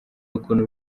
ukuntu